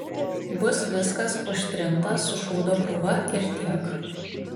bus viskas užtrinta su šūdo krūva ir tiek